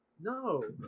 No